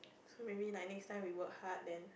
so many like next time we work hard then